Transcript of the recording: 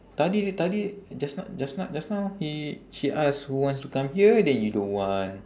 tadi dia tadi just now just now just now he she ask who wants to come here then you don't want